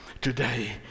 today